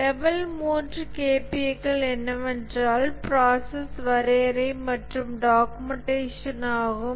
level 3 KPA க்கள் என்னவென்றால் process வரையறை மற்றும் டாக்குமென்ட்டேஷன் ஆகும்